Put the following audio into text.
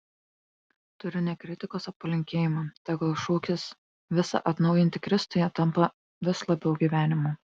turiu ne kritikos o palinkėjimą tegul šūkis visa atnaujinti kristuje tampa vis labiau gyvenimu